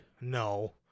no